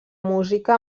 música